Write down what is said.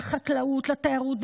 לחקלאות, לתיירות.